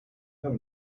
have